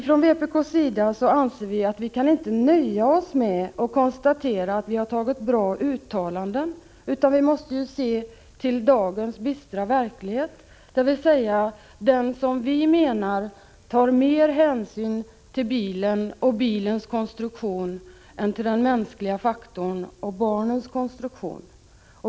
Från vpk:s sida anser vi: Vi kan inte nöja oss med att konstatera att vi har antagit bra uttalande, utan vi måste se till dagens bistra verklighet, där man, som vi menar, tar mer hänsyn till bilen och bilens konstruktion än till den mänskliga faktorn och barnens konstruktion.